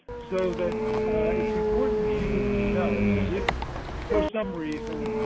so that it's important to you to know that if for some reason,